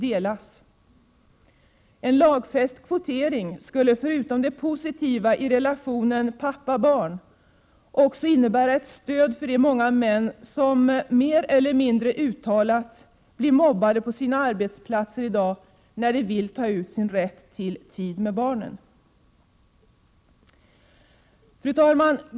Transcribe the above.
En lagfäst kvotering skulle förutom det positiva i relationen pappa-barn innebära ett stöd för de många män som i dag mer eller mindre uttalat blir mobbade på sina arbetsplatser, när de vill ta ut sin rätt till tid med barnen. Fru talman!